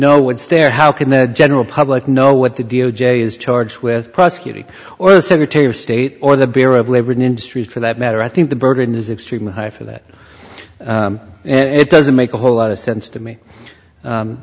know what's there how can the general public know what the d o j is charge with prosecuting or the secretary of state or the bureau of labor and industries for that matter i think the burden is extremely high for that and it doesn't make a whole lot of sense to me